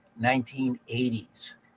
1980s